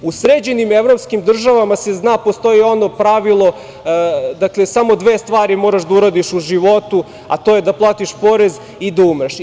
U sređenim evropskim državama se zna i postoji ono pravilo – samo dve stvari moraš da uradiš u životu, a to je da platiš porez i da umreš.